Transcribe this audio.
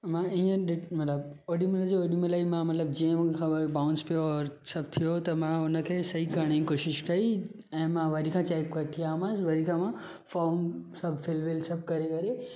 मां ईअं मतिलबु ओॾी महिल जे ओॾी महिल मां मतिलबु जीअं मूंखे ख़बर पई बाउंस पियो छ थियो त मां हुन खे सही करण जी कोशिशि कई ऐं मां वरी खां चैक वठी आयोमांसि वरी खां मां फॉम सभु फिल विल सभु करे करे